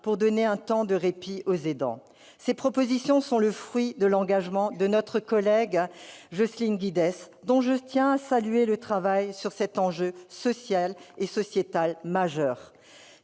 pour offrir un répit aux aidants. Ces propositions sont le fruit de l'engagement de notre collègue Jocelyne Guidez, dont je tiens à saluer le travail sur cet enjeu social et sociétal majeur.